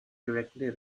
directly